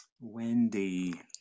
Wendy